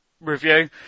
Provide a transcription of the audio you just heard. review